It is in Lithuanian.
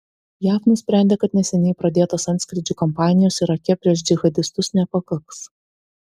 jav nusprendė kad neseniai pradėtos antskrydžių kampanijos irake prieš džihadistus nepakaks